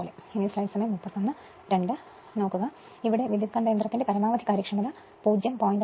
അതിനാൽ ട്രാൻസ്ഫോർമറിന്റെ പരമാവധി കാര്യക്ഷമത 0